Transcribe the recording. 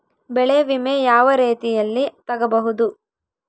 ಬೆಳೆ ವಿಮೆ ಯಾವ ರೇತಿಯಲ್ಲಿ ತಗಬಹುದು?